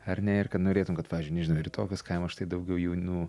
ar ne ir kad norėtum kad pavyzdžiui nežinau ir į tokius kaimus štai daugiau jaunų